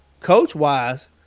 coach-wise